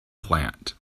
plant